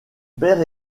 père